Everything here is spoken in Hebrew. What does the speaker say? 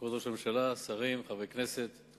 כבוד ראש הממשלה, שרים, חברי הכנסת,